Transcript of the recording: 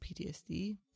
PTSD